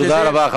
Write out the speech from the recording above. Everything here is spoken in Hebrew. תודה רבה,